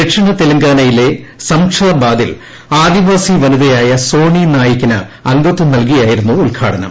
ദക്ഷിണ തെലങ്കാനയിലെ സംഷാബാദിൽ ആദിവാസി വനിതയായ സോണി നായിക്കിന് അംഗത്വം നൽകിയായിരുന്നു ഉദ്ഘാടനം